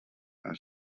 han